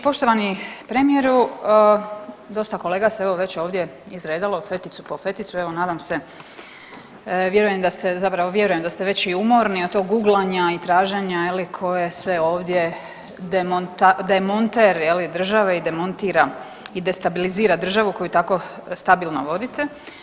Poštovani premijeru dosta kolega se evo već ovdje izredalo, feticu po feticu evo nadam se, vjerujem da ste, zapravo vjerujem da ste već i umorni od tog guglanja i traženja je li tko je sve ovdje demonter je li države i demontira i destabilizira državu koju tako stabilno vodite.